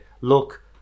look